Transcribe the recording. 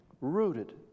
rooted